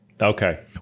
okay